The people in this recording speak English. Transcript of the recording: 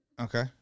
Okay